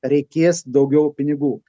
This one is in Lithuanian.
reikės daugiau pinigų